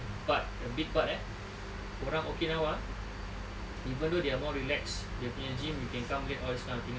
but the big but eh orang okinawa even though they are more relax dia punya gym you can come late all this kind of thing right